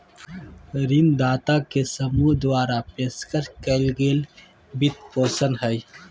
ऋणदाता के समूह द्वारा पेशकश कइल गेल वित्तपोषण हइ